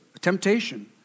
temptation